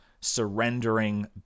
surrendering